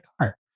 car